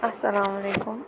اَسَلامُ علیکُم